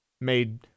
made